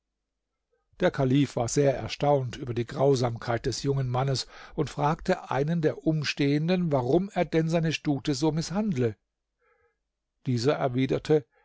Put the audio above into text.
der kalif war sehr erstaunt über die grausamkeit des jungen mannes und fragte einen der umstehenden warum er denn seine stute so mißhandle dieser erwiderte